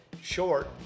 short